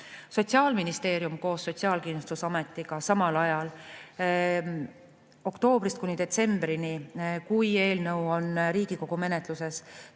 Sotsiaalministeerium koos Sotsiaalkindlustusametiga tegeleb oktoobrist kuni detsembrini, kui eelnõu on Riigikogu menetluses,